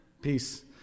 peace